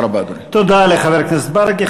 תודה לחבר הכנסת ברכה.